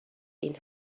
این